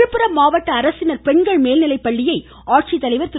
விழுப்புரம் மாவட்ட அரசினர் பெண்கள் மேல்நிலைப்பள்ளியை ஆட்சித்தலைவர் திரு